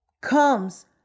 comes